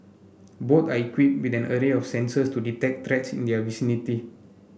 both are equipped with an array of sensors to detect threats in their vicinity